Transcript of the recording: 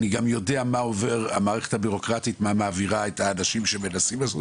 אני גם יודע מה מעבירה המערכת הבירוקרטית את האנשים שמנסים לעשות